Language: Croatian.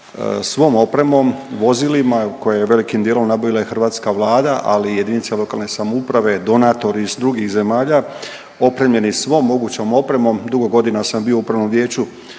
svom opremom, vozilima koje je velikim dijelom nabavila i Hrvatska Vlada ali i jedinice lokalne samouprave, donatori iz drugih zemalja. Opremljeni svom mogućom opremom. Dugo godina sam bio u upravnom vijeću